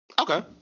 Okay